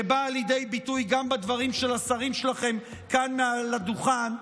שבאה לידי ביטוי גם בדברים של השרים שלכם כאן מעל הדוכן.